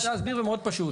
אני רוצה להסביר ומאוד פשוט.